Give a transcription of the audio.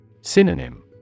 Synonym